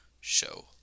show